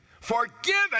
Forgiven